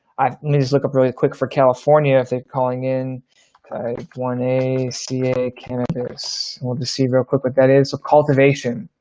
i mean, just look up really quick for california. if they're calling in one, a ca cannabis will deceive real corporate, that is of cultivation.